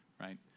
right